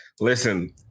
Listen